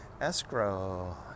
escrow